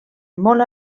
molt